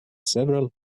several